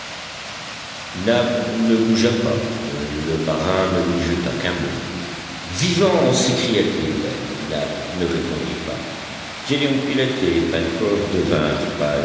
ne bougea pas le marin ne lui jeta qu'un mot vivant s'écria-t-il nab ne répondit pas gédéon pilett et pencroff